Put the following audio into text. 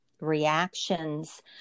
reactions